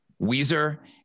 Weezer